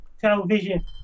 television